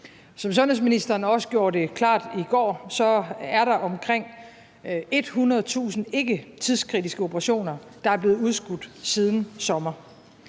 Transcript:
som sundhedsministeren også gjorde det klart i går, er der omkring 100.000 ikketidskritiske operationer, der er blevet udskudt siden sommer.